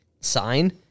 sign